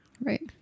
Right